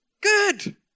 good